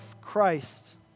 Christ